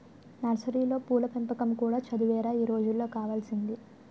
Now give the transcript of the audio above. నర్సరీలో పూల పెంపకం కూడా చదువేరా ఈ రోజుల్లో కావాల్సింది